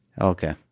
Okay